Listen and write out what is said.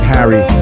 Harry